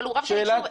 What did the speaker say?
אבל הוא רב של יישוב,